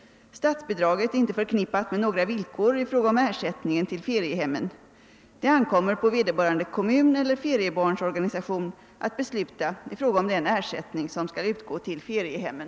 Statsbidraget är inte förknippat med några villkor i fråga om ersättningen till feriehemmen. Det ankommer på vederbörande kommun eller feriebarnsorganisation att besluta i fråga om den ersättning som skall utgå till feriehemmen.